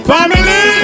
Family